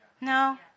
No